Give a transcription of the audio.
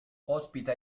ospita